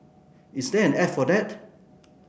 is there an app for that